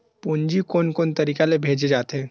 पूंजी कोन कोन तरीका ले भेजे जाथे?